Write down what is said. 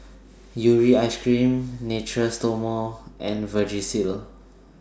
Urea as Cream Natura Stoma and Vagisil